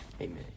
Amen